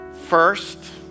first